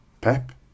Pep